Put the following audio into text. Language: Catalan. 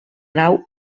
nau